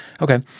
Okay